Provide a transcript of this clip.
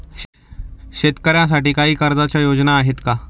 शेतकऱ्यांसाठी काही कर्जाच्या योजना आहेत का?